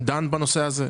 בנושא הזה.